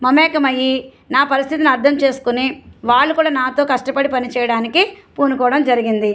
మమేకమై నా పరిస్థితిని అర్థం చేసుకొని వాళ్ళు కూడా నాతో కష్టపడి పనిచేయడానికి పూనుకోవడం జరిగింది